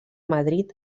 madrid